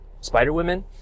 Spider-Women